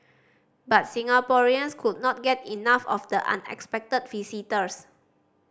but Singaporeans could not get enough of the unexpected visitors